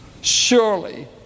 Surely